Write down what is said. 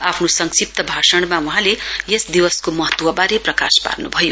आफ्नो संक्षिप्त भाषणमा वहाँले यस दिवसको महत्ववारे प्रकाश पार्नुभयो